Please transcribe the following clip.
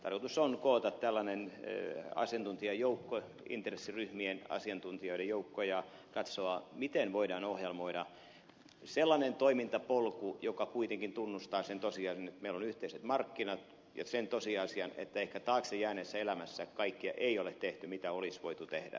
tarkoitus on koota tällainen asiantuntijajoukko intressiryhmien asiantuntijoiden joukko ja katsoa miten voidaan ohjelmoida sellainen toimintapolku joka kuitenkin tunnustaa sen tosiasian että meillä on yhteiset markkinat ja sen tosiasian että ehkä taakse jääneessä elämässä kaikkea ei ole tehty mitä olisi voitu tehdä